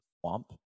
Swamp